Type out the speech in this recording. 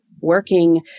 working